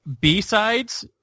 B-sides